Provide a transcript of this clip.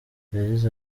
yagize